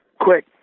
quick